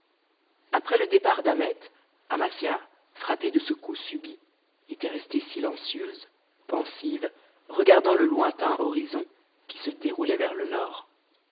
après le départ d'ahmet amasia frappée de ce coup subit était restée silencieuse pensive regardant le lointain horizon qui se déroulait vers le nord